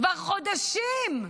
כבר חודשים,